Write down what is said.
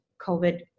COVID